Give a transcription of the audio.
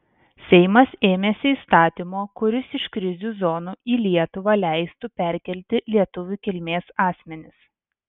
seimas ėmėsi įstatymo kuris iš krizių zonų į lietuvą leistų perkelti lietuvių kilmės asmenis